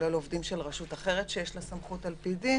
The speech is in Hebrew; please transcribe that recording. כולל עובדים של רשות אחרת, שיש לה סמכות על פי דין